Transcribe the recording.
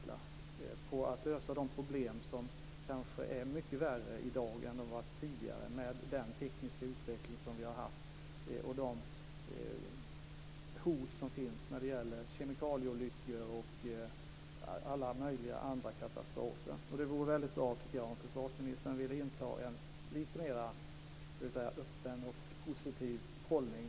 Det handlar om att lösa de problem som kanske är mycket värre i dag än tidigare i och med den tekniska utveckling som vi har haft och de hot som finns när det gäller kemikalieolyckor och alla möjliga andra katastrofer. Det vore bra om försvarsministern ville inta en lite mer öppen och positiv hållning.